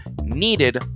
needed